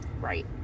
right